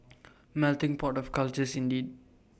melting pot of cultures indeed